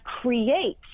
create